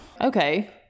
okay